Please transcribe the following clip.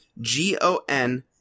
G-O-N